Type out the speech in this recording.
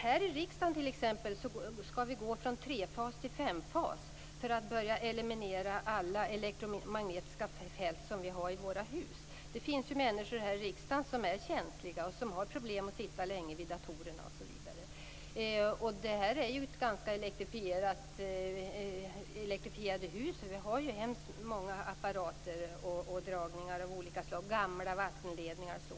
Här i riksdagen t.ex. skall vi gå från trefas till femfas för att börja eliminera alla elektromagnetiska fält som finns i riksdagens hus. Det finns ju människor i riksdagen som är känsliga och som har problem med att sitta länge vid datorer. Husen här är ganska elektrifierade med många apparater och dragningar av olika slag, liksom gamla vattenledningar o.d.